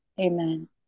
Amen